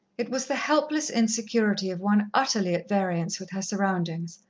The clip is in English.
it was the helpless insecurity of one utterly at variance with her surroundings.